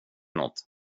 något